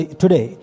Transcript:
today